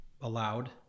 allowed